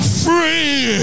free